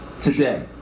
today